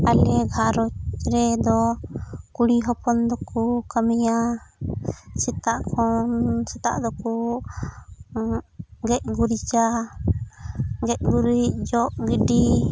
ᱟᱞᱮ ᱜᱷᱟᱨᱚᱡᱽ ᱨᱮᱫᱚ ᱠᱩᱲᱤ ᱦᱚᱯᱚᱱ ᱫᱚᱠᱚ ᱠᱟᱹᱢᱤᱭᱟ ᱥᱮᱛᱟᱜ ᱠᱷᱚᱱ ᱥᱮᱛᱟᱜ ᱫᱚᱠᱚ ᱜᱮᱡ ᱜᱩᱨᱤᱡᱟ ᱜᱮᱡ ᱜᱩᱨᱤᱡ ᱡᱚᱜ ᱜᱤᱰᱤ